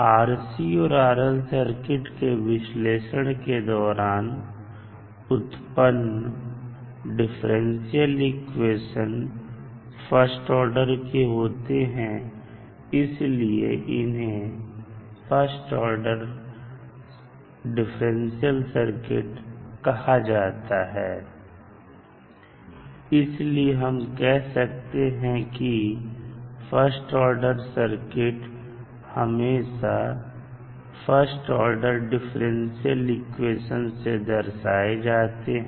RC और RL circuit के विश्लेषण के दौरान उत्पन्न डिफरेंशियल इक्वेशन फर्स्ट ऑर्डर के होते हैं इसीलिए इन्हें फर्स्ट ऑर्डर सर्किट कहा जाता है इसलिए हम कह सकते हैं कि फर्स्ट ऑर्डर सर्किट हमेशा फर्स्ट ऑर्डर डिफरेंशियल इक्वेशन से दर्शाए जाते हैं